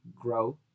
grow